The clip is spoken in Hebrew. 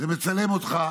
הן מצלמות אותך,